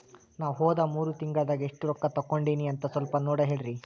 ನಾ ಹೋದ ಮೂರು ತಿಂಗಳದಾಗ ಎಷ್ಟು ರೊಕ್ಕಾ ತಕ್ಕೊಂಡೇನಿ ಅಂತ ಸಲ್ಪ ನೋಡ ಹೇಳ್ರಿ